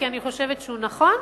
כי אני חושבת שהוא נכון,